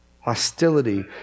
Hostility